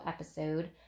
episode